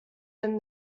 than